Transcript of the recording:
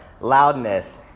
loudness